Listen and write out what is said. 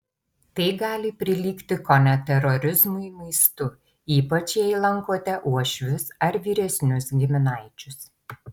tai gali prilygti kone terorizmui maistu ypač jei lankote uošvius ar vyresnius giminaičius